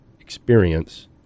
experience